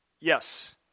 Yes